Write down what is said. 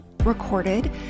Recorded